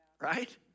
Right